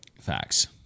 Facts